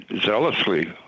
zealously